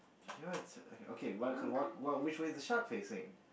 you know what's okay what what which way is the shark facing